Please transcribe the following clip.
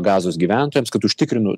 gazos gyventojams kad užtikrinu